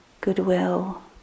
goodwill